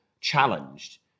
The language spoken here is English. challenged